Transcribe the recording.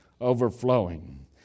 Overflowing